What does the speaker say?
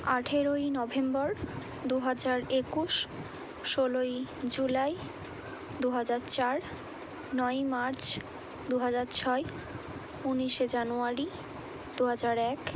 আঠেরোই নভেম্বর দু হাজার একুশ ষোলোই জুলাই দু হাজার চার নয়ই মার্চ দু হাজার ছয় উনিশে জানুয়ারি দু হাজার এক